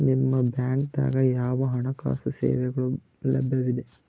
ನಿಮ ಬ್ಯಾಂಕ ದಾಗ ಯಾವ ಹಣಕಾಸು ಸೇವೆಗಳು ಲಭ್ಯವಿದೆ?